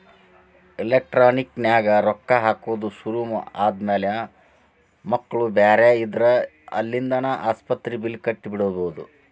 electronic ನ್ಯಾಗ ರೊಕ್ಕಾ ಹಾಕೊದ್ ಶುರು ಆದ್ಮ್ಯಾಲೆ ಮಕ್ಳು ಬ್ಯಾರೆ ಇದ್ರ ಅಲ್ಲಿಂದಾನ ಆಸ್ಪತ್ರಿ ಬಿಲ್ಲ್ ಕಟ ಬಿಡ್ಬೊದ್